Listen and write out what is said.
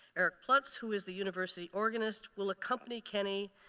eric plutz who is the university organist will accompany kenny.